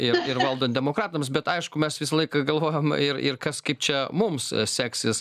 ir ir valdant demokratams bet aišku mes visą laiką galvojam ir ir kas kaip čia mums seksis